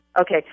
Okay